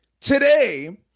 today